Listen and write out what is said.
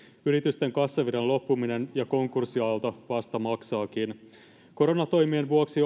yritysten kassavirran loppuminen ja konkurssiaalto vasta maksaakin koronatoimien vuoksi